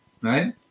right